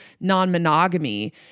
non-monogamy